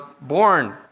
born